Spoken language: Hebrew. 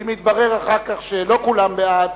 אם יתברר אחר כך שלא כולם בעד,